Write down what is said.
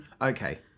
Okay